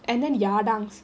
and then yardines